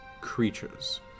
creatures